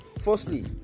Firstly